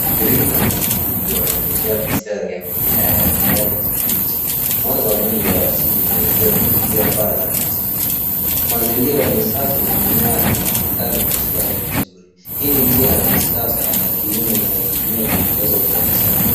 Green house kubwa imejaa mistari ya mimea ya kijani kibichi. Mwanga wa asili unaingia kupitia paa la plastiki. Mazingira ni safi na mimea inaonekana kustwai vizuri. Hii ni njia ya kisasa ya kilimo inayotumiwa kwa kuongeza uzalishaji.